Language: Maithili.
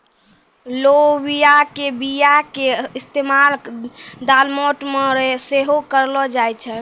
लोबिया के बीया के इस्तेमाल दालमोट मे सेहो करलो जाय छै